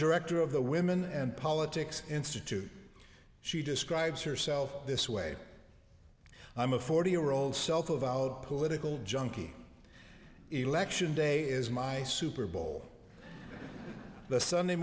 director of the women and politics institute she describes herself this way i'm a forty year old self avowed political junky election day is my super bowl the sunday